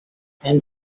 and